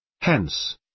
Hence